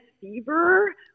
fever